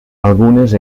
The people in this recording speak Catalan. algunes